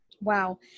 Wow